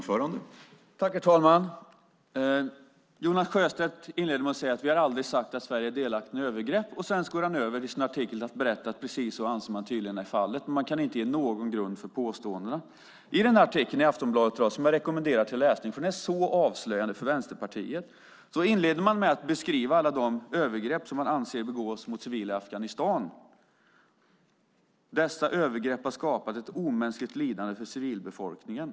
Herr talman! Jonas Sjöstedt inleder med att säga: Vi har aldrig sagt att Sverige är delaktigt i några övergrepp. Sedan går han över till sin artikel där man anser att så är fallet, men han kan inte ge någon grund för påståendena. I artikeln i Aftonbladet i dag, som jag rekommenderar till läsning och som är så avslöjande för Vänsterpartiet, inleder man med att beskriva alla de övergrepp som man anser begås mot civila i Afghanistan. "Dessa övergrepp har skapat ett omänskligt lidande för civilbefolkningen -."